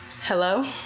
Hello